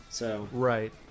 Right